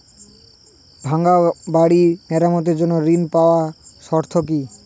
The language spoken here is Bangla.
ভাঙ্গা বাড়ি মেরামতের জন্য ঋণ পাওয়ার শর্ত কি?